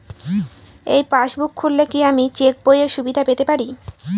এই পাসবুক খুললে কি আমি চেকবইয়ের সুবিধা পেতে পারি?